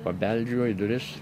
pabeldžiau į duris